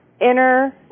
inner